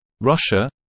Russia